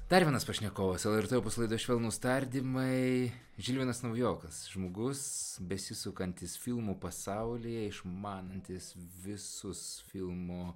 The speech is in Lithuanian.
dar vienas pašnekovas lrt opus laidoje švelnūs tardymai žilvinas naujokas žmogus besisukantis filmų pasaulyje išmanantis visus filmų